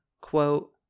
Quote